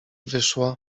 wyszła